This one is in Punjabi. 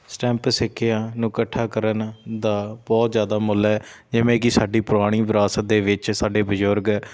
ਸਟੈਂਪ ਸਿੱਕਿਆਂ ਨੂੰ ਇਕੱਠਾ ਕਰਨ ਦਾ ਬਹੁਤ ਜ਼ਿਆਦਾ ਮੁੱਲ ਹੈ ਜਿਵੇਂ ਕਿ ਸਾਡੀ ਪੁਰਾਣੀ ਵਿਰਾਸਤ ਦੇ ਵਿੱਚ ਸਾਡੇ ਬਜ਼ੁਰਗ